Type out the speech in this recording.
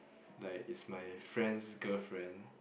like is my friend's girlfriend